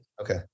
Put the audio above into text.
Okay